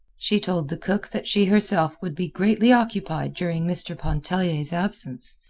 she told the cook that she herself would be greatly occupied during mr. pontellier's absence,